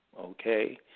okay